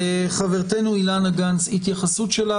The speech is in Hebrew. חברתנו אילנה גנס, התייחסות שלך.